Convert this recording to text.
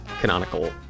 canonical